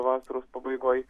vasaros pabaigoj